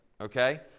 Okay